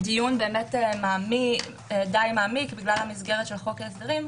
דיון מעמיק בגלל המסגרת של חוק ההסדרים.